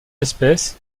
espèce